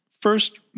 first